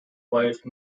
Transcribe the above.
wife